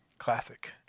classic